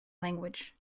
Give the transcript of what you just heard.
language